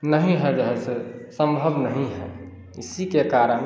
नहीं है जो है से संभव नहीं है इसी के कारण